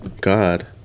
God